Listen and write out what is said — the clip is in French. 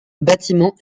bâtiment